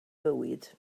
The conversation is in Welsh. fywyd